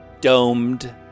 domed